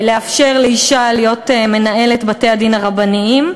לאפשר לאישה להיות מנהלת בתי-הדין הרבניים.